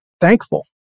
thankful